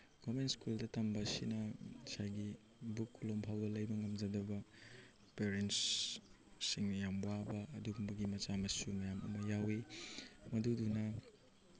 government ꯁ꯭ꯀꯨꯜꯗ ꯇꯝꯕꯁꯤꯅ ꯉꯁꯥꯏꯒꯤ ꯕꯨꯛ ꯀꯣꯂꯣꯝ ꯐꯥꯎꯕꯗ ꯂꯩꯕ ꯉꯝꯖꯗꯕ ꯄꯦꯔꯦꯟꯁꯁꯤꯡ ꯌꯥꯝꯕ ꯋꯥꯕ ꯑꯗꯨꯒꯨꯝꯕꯒꯤ ꯃꯆꯥ ꯃꯁꯨ ꯃꯌꯥꯝ ꯑꯃ ꯌꯥꯎꯋꯤ ꯃꯗꯨꯗꯨꯅ